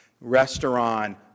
Restaurant